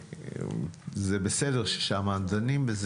זה בסדר ששם דנים בזה.